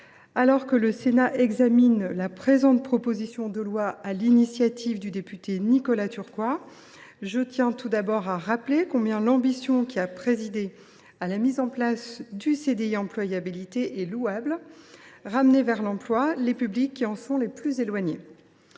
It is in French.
Alors que le Sénat examine la présente proposition de loi, déposée à l’Assemblée nationale sur l’initiative du député Nicolas Turquois, je tiens tout d’abord à rappeler combien l’ambition ayant présidé à la mise en place du CDI employabilité (CDIE) est louable : ramener vers l’emploi les publics qui en sont les plus éloignés.